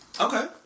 Okay